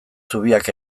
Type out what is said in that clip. zubiak